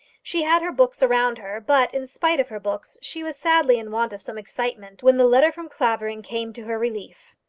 she had her books around her but, in spite of her books, she was sadly in want of some excitement when the letter from clavering came to her relief.